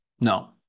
No